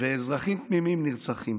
ואזרחים תמימים נרצחים,